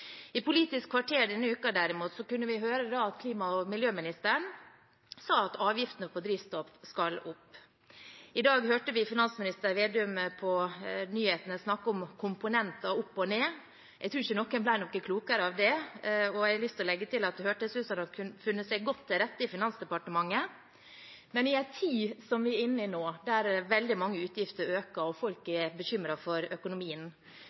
I Politisk kvarter denne uken kunne vi derimot høre klima- og miljøministeren si at avgiftene på drivstoff skal opp. I dag hørte vi finansminister Slagsvold Vedum på nyhetene snakke om komponenter opp og ned. Jeg tror ikke noen ble noe klokere av det, og jeg har lyst til å legge til at det hørtes ut som om de hadde funnet seg godt til rette i Finansdepartementet. Men i den tiden som vi er inne i nå, der veldig mange utgifter øker og folk er bekymret for økonomien: